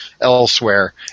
elsewhere